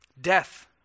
death